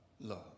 love